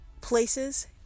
places